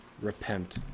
Repent